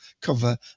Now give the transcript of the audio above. cover